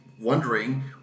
wondering